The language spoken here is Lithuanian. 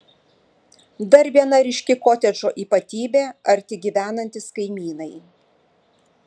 dar viena ryški kotedžo ypatybė arti gyvenantys kaimynai